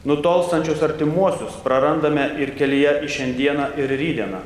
nutolstančius artimuosius prarandame ir kelyje į šiandieną ir rytdieną